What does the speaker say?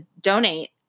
donate